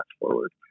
forward